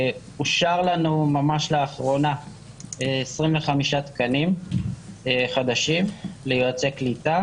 אושר לנו ממש לאחרונה 25 תקנים חדשים ליועצי קליטה